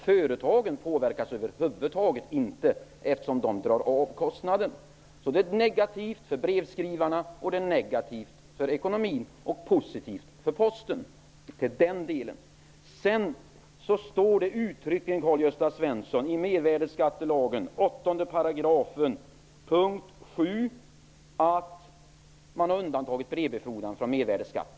Företagen påverkas över huvud taget inte, eftersom de drar av kostnaden. Det är alltså negativt för brevskrivarna och för ekonomin men positivt för Posten i denna del. Vidare, Karl-Gösta Svenson, står det uttryckligen i förslaget till mervärdesskattelag 8 § punkt 7 att brevbefordran skall vara undantagen från mervärdesskatt.